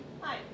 Hi